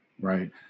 Right